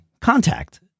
contact